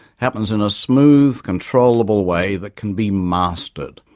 happens in a smooth, controllable way that can be mastered.